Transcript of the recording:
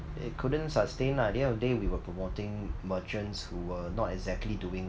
it couldn't sustain lah at the end of the day we were promoting merchants who were not exactly doing